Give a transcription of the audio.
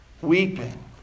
Weeping